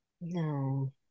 no